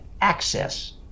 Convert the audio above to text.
access